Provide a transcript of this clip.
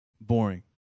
boring